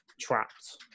trapped